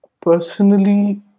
Personally